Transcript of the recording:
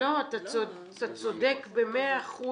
לא, אתה צודק ב-100%